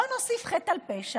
בוא נוסיף חטא על פשע,